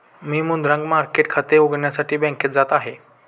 मी मुद्रांक मार्केट खाते उघडण्यासाठी बँकेत जात आहे